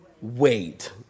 wait